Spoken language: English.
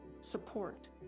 support